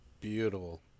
Beautiful